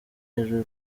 hejuru